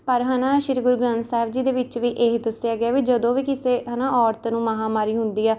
ਪਰ ਹੈ ਨਾ ਸ਼੍ਰੀ ਗੁਰੂ ਗ੍ਰੰਥ ਸਾਹਿਬ ਜੀ ਦੇ ਵਿੱਚ ਵੀ ਇਹ ਦੱਸਿਆ ਗਿਆ ਵੀ ਜਦੋਂ ਵੀ ਕਿਸੇ ਔਰਤ ਨੂੰ ਮਹਾਵਾਰੀ ਹੁੰਦੀ ਹੈ